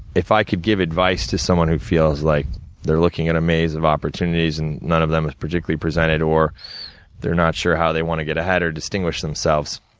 if i could give advice to someone who feels like they're looking at a maze of opportunities, and none of them has particularly presented, or they're not sure how they wanna get ahead or distinguish themselves.